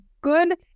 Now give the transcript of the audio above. good